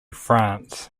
france